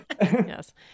Yes